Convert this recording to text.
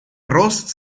ross